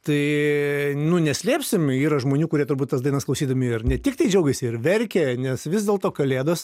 tai nu neslėpsim yra žmonių kurie turbūt tas dainas klausydami ar ne tiktai džiaugiasi ir verkia nes vis dėlto kalėdos